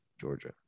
georgia